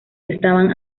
estaban